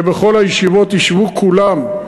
שבכל הישיבות ישבו כולם,